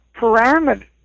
parameters